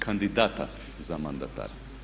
kandidata za mandatara.